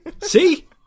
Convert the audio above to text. See